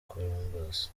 columbus